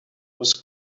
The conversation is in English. was